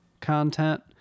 content